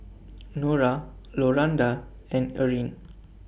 Nora Rolanda and Erin